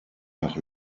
nach